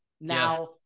Now